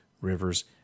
rivers